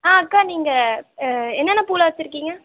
ஆ அக்கா நீங்கள் என்னென்ன பூவெலாம் வச்சிருக்கீங்க